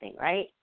right